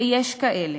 ויש כאלה.